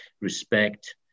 respect